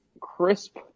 crisp